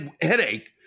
headache